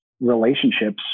relationships